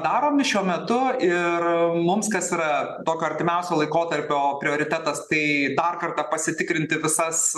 daromi šiuo metu ir mums kas yra tokio artimiausio laikotarpio prioritetas tai dar kartą pasitikrinti visas